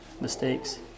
mistakes